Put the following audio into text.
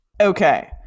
Okay